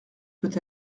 peut